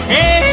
Hey